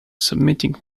submitting